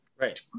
Right